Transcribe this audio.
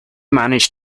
manage